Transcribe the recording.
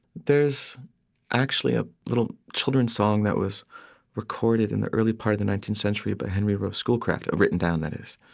there is actually a little children's song that was recorded in the early part of the nineteenth century by henry rowe schoolcraft or written down, that is.